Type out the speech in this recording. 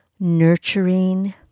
nurturing